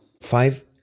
Five